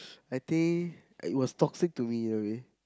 I think it was toxic to me in a way